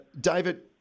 David